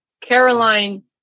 Caroline